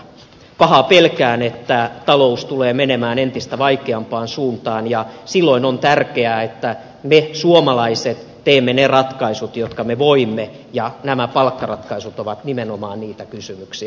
pahaa pelkään että talous tulee menemään entistä vaikeampaan suuntaan ja silloin on tärkeää että me suomalaiset teemme ne ratkaisut jotka me voimme ja nämä palkkaratkaisut ovat nimenomaan niitä kysymyksiä